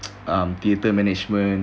um theatre management